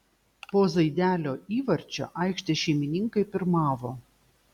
po zaidelio įvarčio aikštės šeimininkai pirmavo